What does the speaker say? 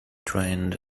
trained